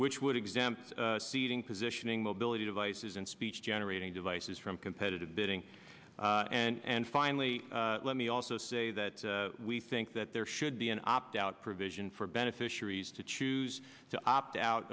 which would exempt seating positioning mobility devices and speech generating devices from competitive bidding and finally let me also say that we think that there should be an opt out provision for beneficiaries to choose to opt out